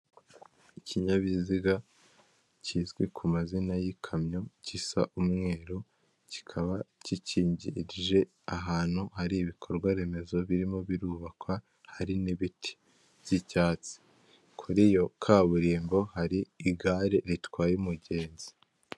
Ikinyabiziga kizwi ku mazina y'ikamyo, gisa umweru kikaba gikingirije ahantu hari ibikorwa remezo birimo birubakwa hari n'ibiti by'icyatsi, kuri iyo kaburimbo hari igare ritwaye umugenzi.